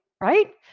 right